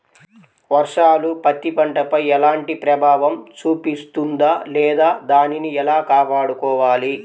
వర్షాలు పత్తి పంటపై ఎలాంటి ప్రభావం చూపిస్తుంద లేదా దానిని ఎలా కాపాడుకోవాలి?